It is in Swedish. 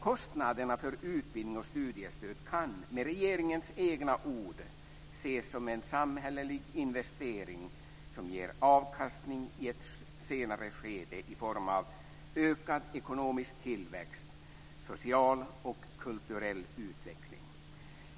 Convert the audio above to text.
Kostnaderna för utbildning och studiestöd kan, med regeringens egna ord, ses som en samhällelig investering som ger avkastning i ett senare skede i form av ökad ekonomisk tillväxt samt social och kulturell utveckling.